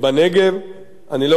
אני לא רוצה לפרט כאן,